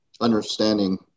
understanding